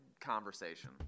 conversation